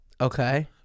Okay